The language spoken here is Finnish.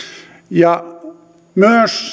ja myös